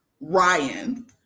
Ryan